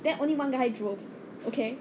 then only one guy drove okay